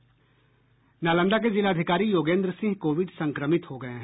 नालंदा के जिलाधिकारी योगेन्द्र सिंह कोविड संक्रमित हो गये हैं